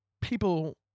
people